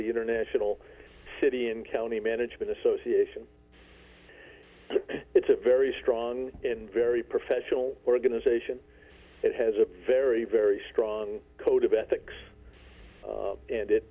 the international city and county management association it's a very strong and very professional organization that has a very very strong code of ethics and it